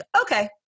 okay